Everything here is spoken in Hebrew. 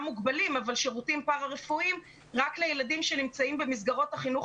מוגבלים פרה-רפואיים רק לילדים שנמצאים במסגרות החינוך